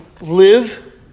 live